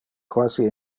quasi